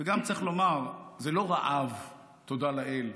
וגם צריך לומר, זה לא רעב, תודה לאל,